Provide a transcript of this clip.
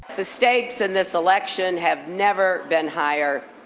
the stakes in this election have never been higher,